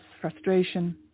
frustration